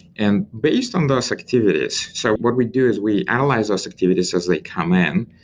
and based on those activities so what we do is we analyze those activities as they come in.